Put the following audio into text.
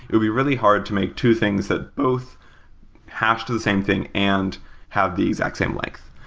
it'd be really hard to make two things that both hash to the same thing and have the exact same length.